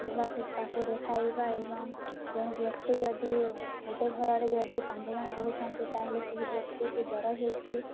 ଭଲ ସେ ତାକୁ ଦେଖାଇବା ଏବଂ ଜଣେ ବ୍ୟକ୍ତି ଯଦି ଗୋଟେ ଘରରେ ଯଦି ପାଞ୍ଚଜଣ ରହୁଛନ୍ତି ତାହେଲେ ସେହି ବ୍ୟକ୍ତିକୁ ଜ୍ୱର ହେଉଛି